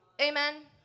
Amen